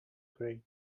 grate